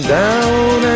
down